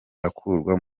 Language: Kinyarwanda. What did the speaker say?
akurwa